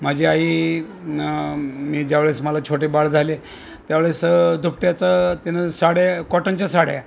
माझी आई मी ज्यावेळेस मला छोटे बाळ झाले त्यावेळेस दुपट्याचं त्यानं साड्या कॉटनच्या साड्या